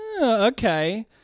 Okay